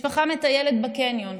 משפחה מטיילת בקניון,